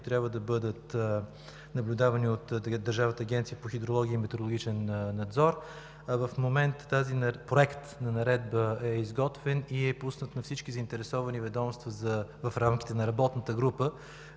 трябва да бъдат наблюдавани от Държавната агенция по метрология и метрологичен надзор. В момента е изготвен Проект на наредба и е пуснат на всички заинтересовани ведомства в рамките на работната група,